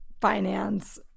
finance